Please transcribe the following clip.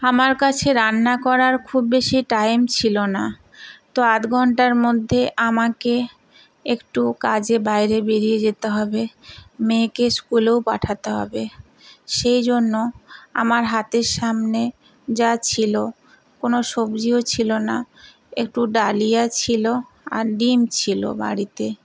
আমার কাছে রান্না করার খুব বেশি টাইম ছিল না তো আধ ঘন্টার মধ্যে আমাকে একটু কাজে বাইরে বেরিয়ে যেতে হবে মেয়েকে স্কুলেও পাঠাতে হবে সেই জন্য আমার হাতের সামনে যা ছিল কোনও সবজিও ছিল না একটু ডালিয়া ছিল আর ডিম ছিল বাড়িতে